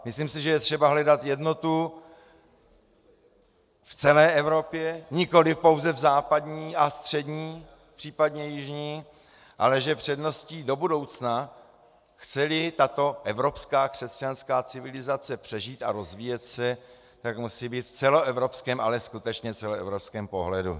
Myslím si, že je třeba hledat jednotu v celé Evropě, nikoli pouze v západní a střední, případně jižní, ale že předností do budoucna, chceli tato evropská křesťanská civilizace přežít a rozvíjet se, tak musí být v celoevropském, ale skutečně celoevropském pohledu.